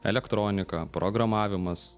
elektronika programavimas